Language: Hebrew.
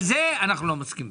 על זה אנחנו לא מסכימים.